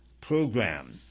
program